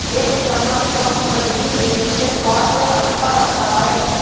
एक चम्मच मधु प्रतिदिन लेने से स्वास्थ्य अच्छा रहता है